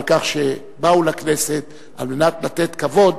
על כך שבאו לכנסת על מנת לתת כבוד